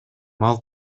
мал